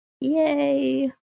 Yay